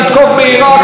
נתקוף בעיראק,